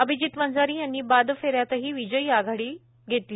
अभिजित वंजारी यांनी बाद फे यातही विजयी आघाडी लक्षात घेतली